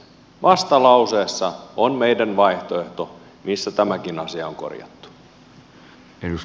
vastalauseessa on meidän vaihtoehtomme missä tämäkin asia on korjattu